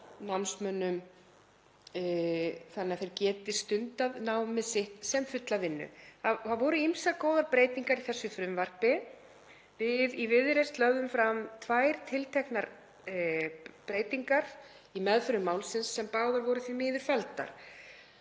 námsmönnum þannig að þeir geti stundað námið sitt sem fulla vinnu. Það voru ýmsar góðar breytingar í þessu frumvarpi. Við í Viðreisn lögðum fram tvær tilteknar breytingar í meðförum málsins sem báðar voru því miður felldar.